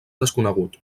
desconegut